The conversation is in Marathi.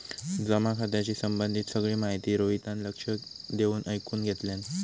जमा खात्याशी संबंधित सगळी माहिती रोहितान लक्ष देऊन ऐकुन घेतल्यान